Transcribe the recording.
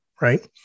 right